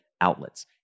outlets